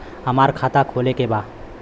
हमार खाता खोले के बा?